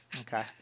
Okay